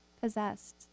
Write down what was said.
possessed